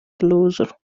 closer